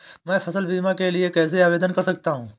मैं फसल बीमा के लिए कैसे आवेदन कर सकता हूँ?